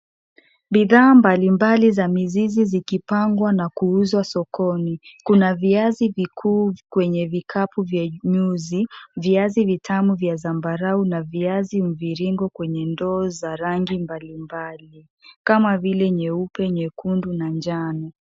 Bidhaa mbalimbali za mizizi zikipangwa na kuuzwa sokoni. Kuna viazi vikuu kwenye vikapu vya nyuzi, viazi vitamu vya zambarau na viazi mviringo kwenye ndoo za rangi mbalimbali, kama vile nyeupe, nyekundu, manjano.